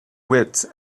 wits